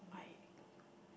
I